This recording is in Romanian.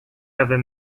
avem